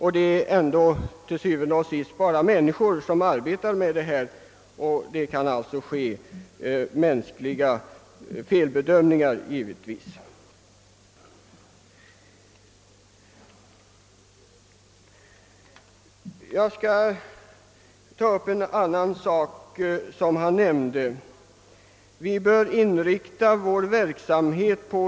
Ty det är ändå bara människor som arbetar med dessa problem, och det är mänskligt att fela. Jag skall ta upp också en annan sak som herr Rubin nämnde.